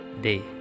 day